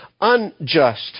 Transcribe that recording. unjust